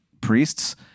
priests